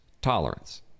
tolerance